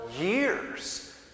years